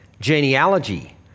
genealogy